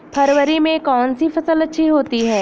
फरवरी में कौन सी फ़सल अच्छी होती है?